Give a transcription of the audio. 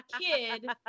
kid